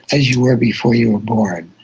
as you were before you were born.